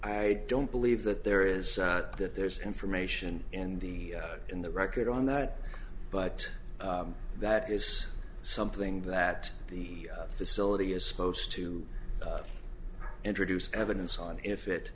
i don't believe that there is that there's information in the in the record on that but that is something that the facility is supposed to introduce evidence on if